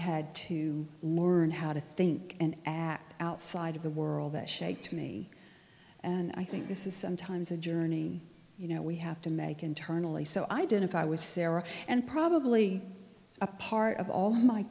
had to learn how to think and act outside of the world that shaped me and i think this is sometimes a journey you know we have to make internally so i didn't if i was sarah and probably a part of all my